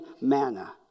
manna